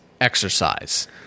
exercise